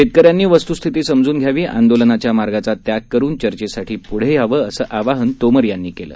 शेतकऱ्यांनी वस्त्स्थिती समजून घ्यावी आंदोलनाच्या मार्गाचा त्याग करुन चर्चेसाठी प्ढे यावं असं आवाहन तोमर यांनी केलं